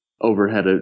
overhead